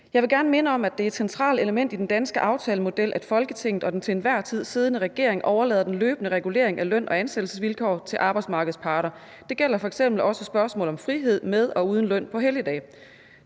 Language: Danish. »Jeg vil gerne minde om, at det er et centralt element i den danske aftalemodel, at Folketinget og den til enhver tid siddende regering overlader den løbende regulering af løn- og ansættelsesvilkår til arbejdsmarkedets parter. Det gælder f.eks. også spørgsmål om frihed med og uden løn på helligdage.